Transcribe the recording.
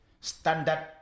standard